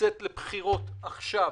שלצאת לבחירות עכשיו,